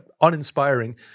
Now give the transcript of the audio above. Uninspiring